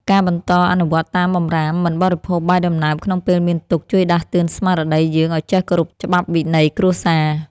ការបន្តអនុវត្តតាមបម្រាមមិនបរិភោគបាយដំណើបក្នុងពេលមានទុក្ខជួយដាស់តឿនស្មារតីយើងឱ្យចេះគោរពច្បាប់វិន័យគ្រួសារ។